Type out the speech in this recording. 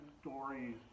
stories